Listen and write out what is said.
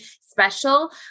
special